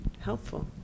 Helpful